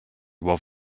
while